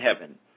heaven